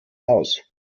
aus